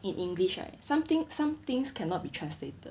in english right something some things cannot be translated